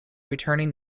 returning